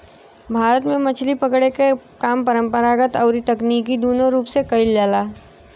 भारत में मछरी पकड़े के काम परंपरागत अउरी तकनीकी दूनो रूप से कईल जाला